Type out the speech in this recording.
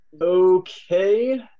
Okay